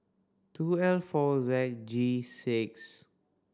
two L four Z G six